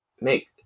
make